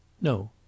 No